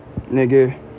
nigga